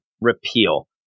repeal